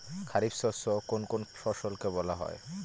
খারিফ শস্য কোন কোন ফসলকে বলা হয়?